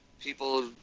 people